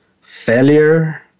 failure